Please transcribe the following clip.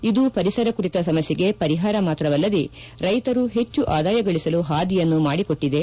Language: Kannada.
ಇದು ಪರಿಸರ ಕುರಿತ ಸಮಸ್ಯೆಗೆ ಪರಿಹಾರ ಮಾತ್ರವಲ್ಲದೇ ರೈತರು ಹೆಚ್ಚು ಆದಾಯ ಗಳಿಸಲು ಹಾದಿಯನ್ನು ಮಾಡಿಕೊಟ್ಟಿದೆ